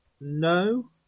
No